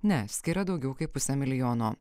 ne skiria daugiau kaip pusę milijono